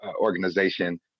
organization